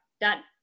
done